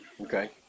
Okay